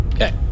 Okay